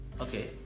okay